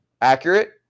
Accurate